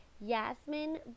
Yasmin